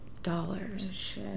Dollars